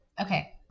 Okay